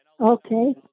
Okay